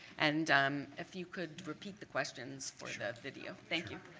and um if you could repeat the questions for the video. thank you.